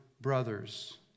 brothers